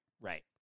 Right